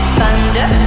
thunder